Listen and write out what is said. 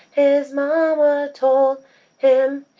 his mama told him,